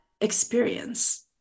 experience